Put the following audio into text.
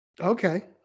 Okay